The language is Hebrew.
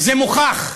וזה מוכח,